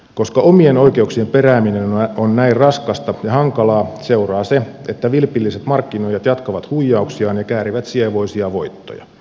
koska omien oikeuksien perääminen on näin raskasta ja hankalaa seuraa se että vilpilliset markkinoijat jatkavat huijauksiaan ja käärivät sievoisia voittoja